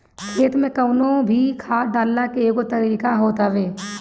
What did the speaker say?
खेत में कवनो भी खाद डालला के एगो तरीका होत हवे